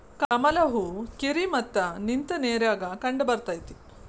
ಕಮಲ ಹೂ ಕೆರಿ ಮತ್ತ ನಿಂತ ನೇರಾಗ ಕಂಡಬರ್ತೈತಿ